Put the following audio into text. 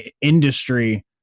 industry